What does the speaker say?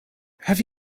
have